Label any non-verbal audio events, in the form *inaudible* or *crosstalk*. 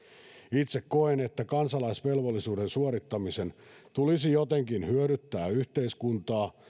itse koen että kansalaisvelvollisuuden suorittamisen tulisi jotenkin hyödyttää yhteiskuntaa *unintelligible*